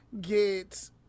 get